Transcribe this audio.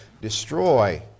destroy